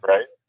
Right